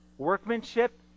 workmanship